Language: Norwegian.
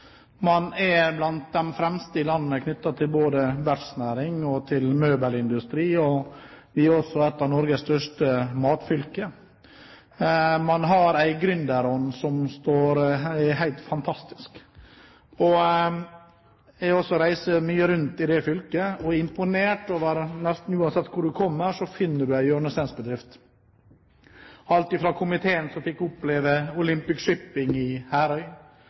Man er blant de fremste i landet både når det gjelder verftsnæring og møbelindustri, og fylket er også et av Norges største matfylker. Man har en gründerånd som er helt fantastisk. Jeg reiser også mye rundt i fylket og er imponert over at nesten uansett hvor man kommer, så finner man en hjørnesteinsbedrift. Komiteen fikk oppleve Olympic Shipping i